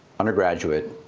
undergraduate,